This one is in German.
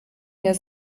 mehr